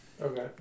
Okay